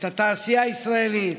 את התעשייה הישראלית,